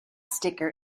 sticker